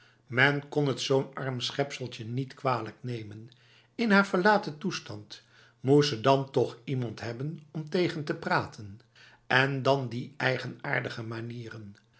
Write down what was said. men kon het zo'n arm schepseltje niet kwalijk nemen in haar verlaten toestand moest ze dan toch iemand hebben om tegen te praten en dan die eigenaardige manieren